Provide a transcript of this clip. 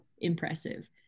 impressive